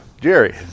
Jerry